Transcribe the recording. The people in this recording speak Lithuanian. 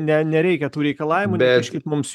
ne nereikia tų reikalavimų neveržkit mums